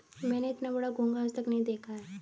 मैंने इतना बड़ा घोंघा आज तक नही देखा है